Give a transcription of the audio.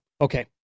Okay